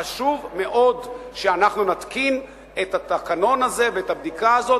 חשוב מאוד שאנחנו נתקין את התקנון הזה ואת הבדיקה הזאת,